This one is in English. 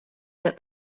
that